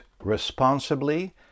...responsibly